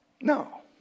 No